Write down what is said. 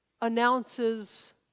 announces